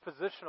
positional